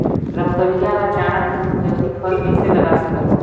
रमकलिया ल जाड़ा दिन म जल्दी फल कइसे लगा सकथव?